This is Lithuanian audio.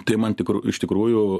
tai man tikra iš tikrųjų